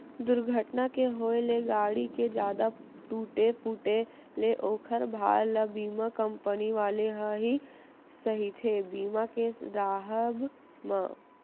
दूरघटना के होय ले गाड़ी के जादा टूटे फूटे ले ओखर भार ल बीमा कंपनी वाले ह ही सहिथे बीमा के राहब म